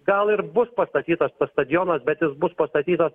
gal ir bus pastatytas stadionas bet jis bus pastatytas